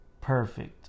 perfect